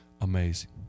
amazing